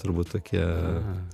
turbūt tokie